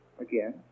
again